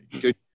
good